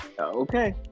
Okay